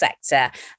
sector